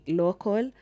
local